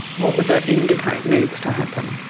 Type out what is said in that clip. what would that indicate needs to happen?